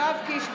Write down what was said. (קוראת בשמות חברי הכנסת) יואב קיש,